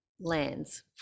lands